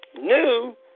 new